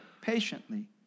patiently